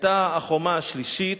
היתה החומה השלישית,